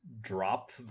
drop